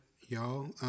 y'all